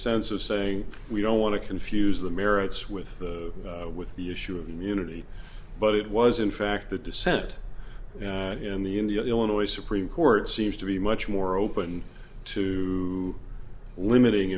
sense of saying we don't want to confuse the merits with the with the issue of immunity but it was in fact the dissent in the in the illinois supreme court seems to be much more open to limiting